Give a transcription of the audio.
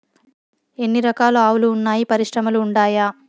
ఎన్ని రకాలు ఆవులు వున్నాయి పరిశ్రమలు ఉండాయా?